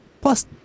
Plus